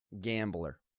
gambler